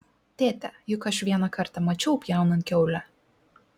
tėte juk aš vieną kartą mačiau pjaunant kiaulę